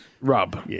Rub